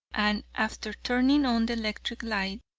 and after turning on the electric light,